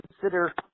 consider